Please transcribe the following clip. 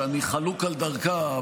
שאני חלוק על דרכה,